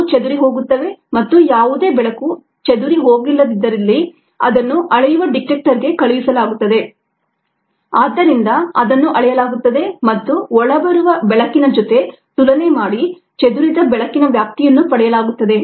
ಅವು ಚದುರಿಹೋಗುತ್ತವೆ ಮತ್ತು ಯಾವುದೇ ಬೆಳಕು ಚದುರಿಹೋಗಿಲ್ಲದಿದ್ದಲ್ಲಿ ಅದನ್ನು ಅಳೆಯುವ ಡಿಟೆಕ್ಟರ್ಗೆ ಕಳುಹಿಸಲಾಗುತ್ತದೆ ಆದ್ದರಿಂದ ಅದನ್ನು ಅಳೆಯಲಾಗುತ್ತದೆ ಮತ್ತು ಒಳಬರುವ ಬೆಳಕಿನ ಜೊತೆ ತುಲನೆ ಮಾಡಿ ಚದುರಿದ ಬೆಳಕಿನ ವ್ಯಾಪ್ತಿಯನ್ನು ಪಡೆಯಲಾಗುತ್ತದೆ